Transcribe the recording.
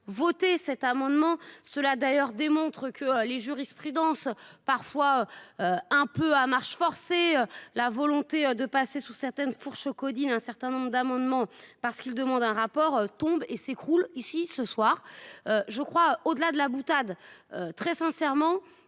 voter cet amendement cela d'ailleurs démontre que les jurisprudences parfois. Un peu à marche forcée. La volonté de passer sous certaines fourches caudines un certain nombre d'amendements parce qu'il demande un rapport tombe et s'écroule ici ce soir. Je crois au-delà de la boutade, très sincèrement